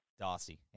Darcy